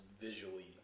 visually